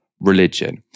religion